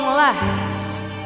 last